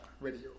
Radio